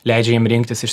leidžia jiem rinktis iš